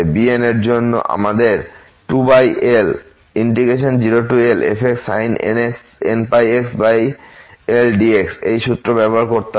bnএর জন্য আমাদের 2L0Lfxsin nπxL dx এই সূত্র ব্যবহার করতে হবে এবং L এখানে 2